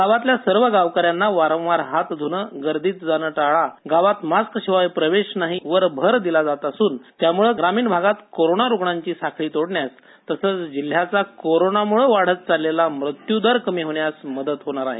गावातल्या सर्व गावकऱ्यांना वारंवार हात ध्रणं गर्दीत जाणं टाळा गावात मास्कशिवाय प्रवेश नाही यावर भर दिला जात असून त्यामुळे ग्रामीण भागात कोरोना रुग्णांची साखळी तोडण्यास तसंच जिल्ह्यात कोरोनामुळे वाढत चाललेला मृत्यूदर कमी होण्यास मदत होणार आहे